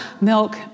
milk